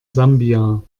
sambia